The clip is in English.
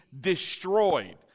destroyed